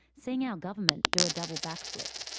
seeing our government do a double backflip.